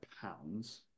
pounds